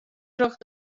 troch